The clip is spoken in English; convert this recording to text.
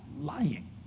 lying